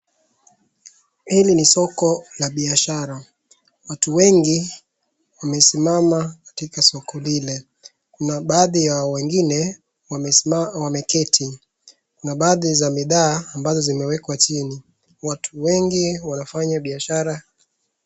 Hili ni soko la biashara. Watu wengi wamesimama katika soko lile. Kuna baadhi ya wengine wameketi. Kuna baadhi za bidhaa ambazo zimewekwa chini. Watu wengi wanafanya biashara.